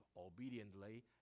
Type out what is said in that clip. obediently